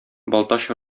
балтач